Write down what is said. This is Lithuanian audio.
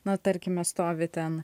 na tarkime stovi ten